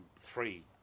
three